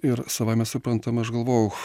ir savaime suprantama aš galvojau